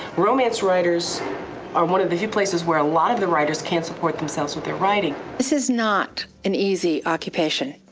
romance writers are one of the few places where a lot of the writers can support themselves with their writing. this is not an easy occupation.